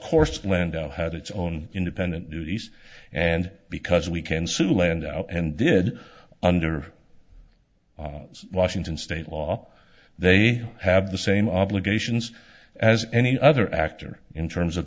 course lando had its own independent duties and because we can sue land and did under washington state law they have the same obligations as any other actor in terms of